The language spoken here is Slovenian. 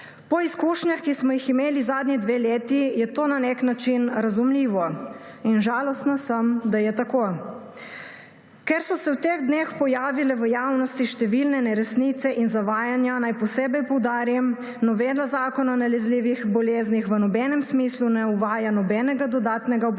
Po izkušnjah, ki smo jih imeli zadnje dve leti, je to na nek način razumljivo in žalostna sem, da je tako. Ker so se v teh dneh pojavile v javnosti številne neresnice in zavajanja, naj posebej poudarim, novela Zakona o nalezljivih boleznih v nobenem smislu ne uvaja nobenega dodatnega obveznega